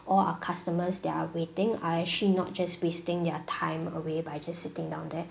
all our customers that are waiting are actually not just wasting their time away by just sitting down there